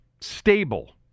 stable –